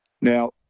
Now